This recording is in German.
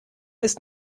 ist